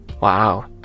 Wow